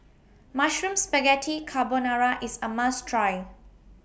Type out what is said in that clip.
Mushroom Spaghetti Carbonara IS A must Try